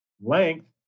length